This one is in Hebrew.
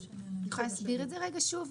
את יכולה להסבר את זה רגע שוב?